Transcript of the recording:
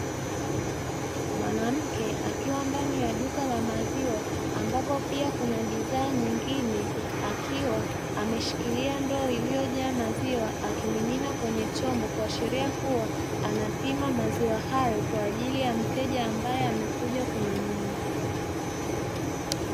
Mwanamke akiwa ndani ya duka la maziwa ambapo pia kuna bidhaa nyingine, akiwa ameshikilia ndoo iliyojaa maziwa akimimina kwenye chombo kuashiria kuwa anapima maziwa hayo kwa ajili ya mteja ambaye amekuja kununua.